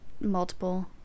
multiple